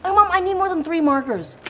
ah mom, i need more than three markers.